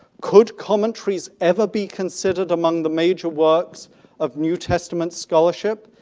could commentaries ever be considered among the major works of new testament scholarship?